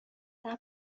صبر